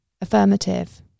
Affirmative